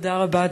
תודה רבה.